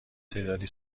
تعدادی